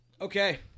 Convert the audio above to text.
Okay